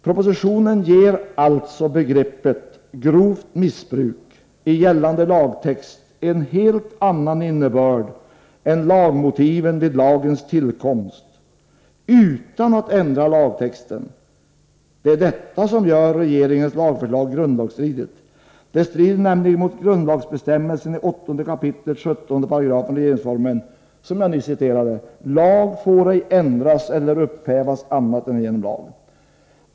Propositionen ger begreppet ”grovt missbruk” i gällande lagtext en helt annan innebörd än lagmotiven vid lagens tillkomst, utan att ändra lagtexten. Det är detta som gör regeringens lagförslag grundlagsstridigt. Det strider nämligen mot grundlagsbestämmelsen i 8 kap. 17§ regeringsformen, som jag nyss citerade: ”lag får ej ändras eller upphävas annat än genom lag”.